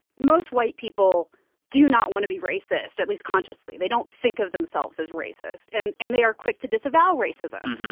most white people do not want to be racist, at least consciously. they don't think of themselves as racist. and and they are quick to disavow racism.